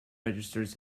registers